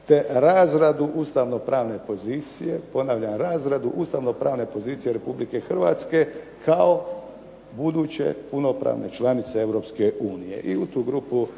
te razradu Ustavno pravne pozicije Republike Hrvatske kao buduće punopravne članice